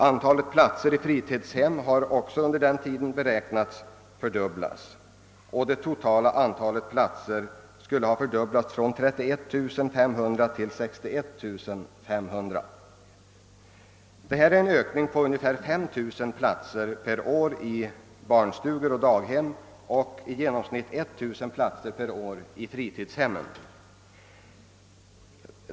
Antalet platser i fritidshem beräknas också bli fördubblat under samma tid, och det totala antalet platser kommer att stiga från 31500 till 61 500. Siffrorna visar på en ökning på ungefär 5 000 platser per år i barnstugor och daghem och i genomsnitt 1 000 platser per år i fritidshemmen.